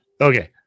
Okay